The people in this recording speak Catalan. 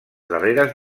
darreres